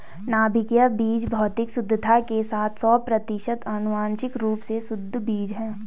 नाभिकीय बीज भौतिक शुद्धता के साथ सौ प्रतिशत आनुवंशिक रूप से शुद्ध बीज है